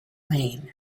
layne